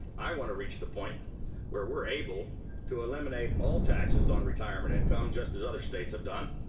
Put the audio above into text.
i want to reach the point where we're able to eliminate all taxes on retirement income just as other states have done,